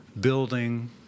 building